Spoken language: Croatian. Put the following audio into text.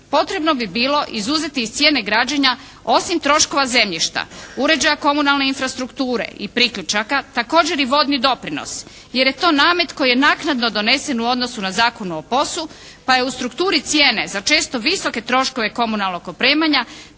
potrebno bi bilo izuzeti iz cijene građenja osim troškova zemljišta, uređenja komunalne infrastrukture i priključaka također i vodni doprinos, jer je to namet koji je naknadno donesen u odnosu na Zakon o POS-u pa je u strukturi cijene za često visoke troškove komunalnog opremanja